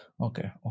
okay